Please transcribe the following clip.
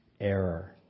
error